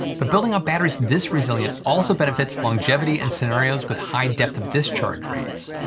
but building out batteries this resilient also benefits longevity and scenarios with high depth of discharge rates.